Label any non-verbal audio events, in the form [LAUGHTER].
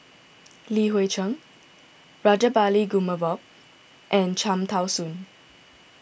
[NOISE] Li Hui Cheng Rajabali Jumabhoy and Cham Tao Soon